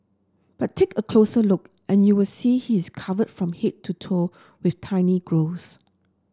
but take a closer look and you will see he is covered from to toe with tiny growths